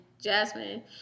Jasmine